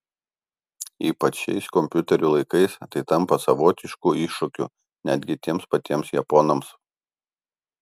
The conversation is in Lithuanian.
ypač šiais kompiuterių laikais tai tampa savotišku iššūkiu netgi tiems patiems japonams